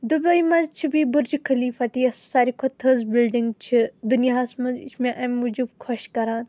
Dubai منٛز چھِ بیٚیہِ بُرج خلیفہ تہِ یۄس ساروٕے کھۄتہٕ تھٔز بلڈنٛگ چھِ دُنیاہس منٛز یہِ چھِ مےٚ امہِ موجوب خۄش کَران